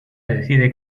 decide